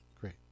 Great